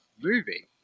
movie